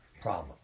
problem